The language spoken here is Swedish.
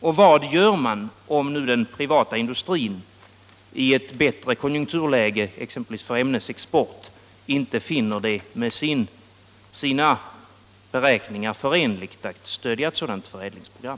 Och vad gör man om nu den privata industrin i ett bättre konjunkturläge, exempelvis för ämnesexport, inte finner det med sina beräkningar förenligt att stödja ett sådant förädlingsprogram?